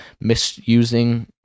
misusing